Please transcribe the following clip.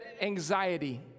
anxiety